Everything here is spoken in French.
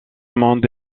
monde